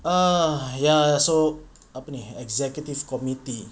uh ya so apa ni executive committee